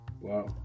Wow